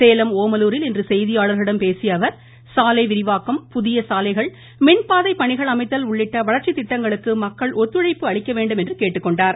சேலம் ஓமலூரில் இன்று செய்தியாளர்களிடம் பேசிய அவர் சாலை விரிவாக்கம் புதிய சாலைகள் மின்பாதை பணிகள் அமைத்தல் உள்ளிட்ட வளர்ச்சி திட்டங்களுக்கு மக்கள் ஒத்துழைப்பு அளிக்க வேண்டும் என்று கேட்டுக்கொண்டார்